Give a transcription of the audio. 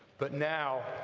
but now,